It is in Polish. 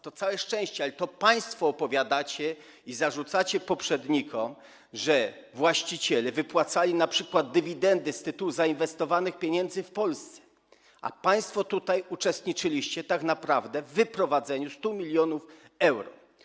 To całe szczęście, ale to państwo opowiadacie i zarzucacie poprzednikom, że właściciele wypłacali np. dywidendy z tytułu zainwestowanych pieniędzy w Polsce, a państwo tutaj uczestniczyliście tak naprawdę w wyprowadzeniu 100 mln euro.